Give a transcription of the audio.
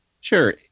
Sure